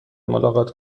ملاقات